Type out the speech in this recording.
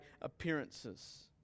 appearances